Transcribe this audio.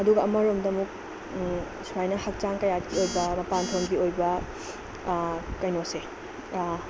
ꯑꯗꯨꯒ ꯑꯃꯔꯣꯝꯗ ꯑꯃꯨꯛ ꯁꯨꯃꯥꯏꯅ ꯍꯛꯆꯥꯡ ꯀꯌꯥꯠꯀꯤ ꯑꯣꯏꯕ ꯀꯩꯅꯣꯁꯦ